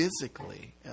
physically